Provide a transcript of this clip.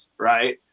Right